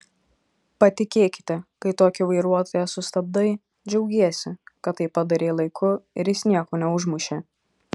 patikėkite kai tokį vairuotoją sustabdai džiaugiesi kad tai padarei laiku ir jis nieko neužmušė